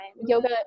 yoga